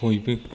बयबो